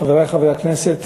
חברי חברי הכנסת,